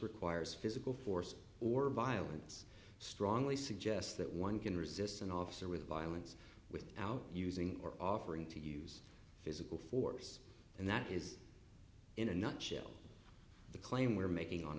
requires physical force or violence strongly suggests that one can resist an officer with violence without using or offering to use physical force and that is in a nutshell the claim we're making on